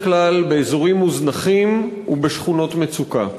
כלל באזורים מוזנחים ובשכונות מצוקה.